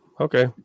okay